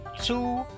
two